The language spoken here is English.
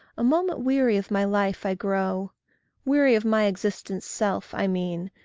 a moment weary of my life i grow weary of my existence' self, i mean,